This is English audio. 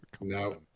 No